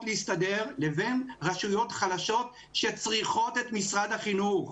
להסתדר לבין רשויות חלשות שצריכות את משרד החינוך.